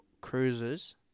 cruisers